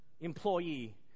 employee